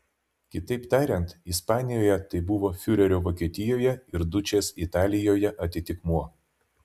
kitaip tariant ispanijoje tai buvo fiurerio vokietijoje ir dučės italijoje atitikmuo